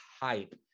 hype